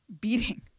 beating